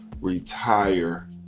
retire